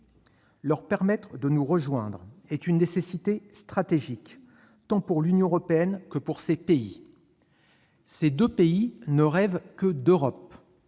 deux pays de nous rejoindre est une nécessité stratégique, tant pour l'Union européenne que pour lesdits pays. Ils ne rêvent que d'Europe.